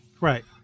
Right